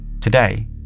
Today